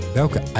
Welke